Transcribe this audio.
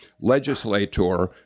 legislator